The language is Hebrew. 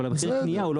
אבל מחיר קנייה הוא לא